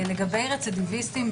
לגבי רצידיביסטים,